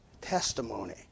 testimony